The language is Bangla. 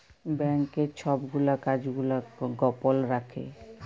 ব্যাংকের ছব গুলা কাজ গুলা গপল রাখ্যে